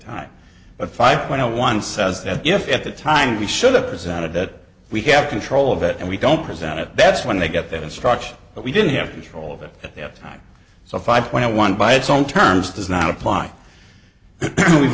time but five point zero one says that if at the time we should have presented that we have control of it and we don't present it that's when they get their instruction but we didn't have control of it at that time so five point one by its own terms does not apply we've